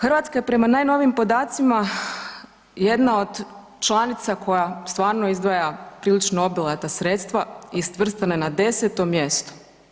Hrvatska je prema najnovijim podacima jedna od članica koja stvarno izdvaja prilično obilata sredstva i svrstana je na 10. mjesto.